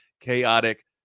chaotic